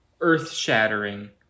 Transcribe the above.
earth-shattering